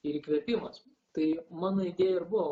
ir įkvėpimas tai mano idėja ir buvo